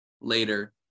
later